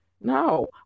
No